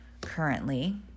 currently